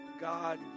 God